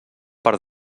per